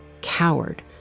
Coward